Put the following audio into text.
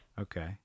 Okay